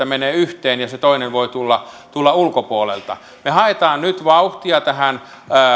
menee yhteen ja se toinen voi tulla tulla ulkopuolelta me haemme nyt vauhtia tähän